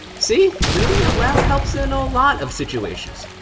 see. reading out loud helps in a lot of situations